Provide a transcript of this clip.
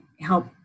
help